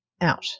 out